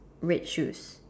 red shoes